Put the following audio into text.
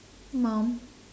mum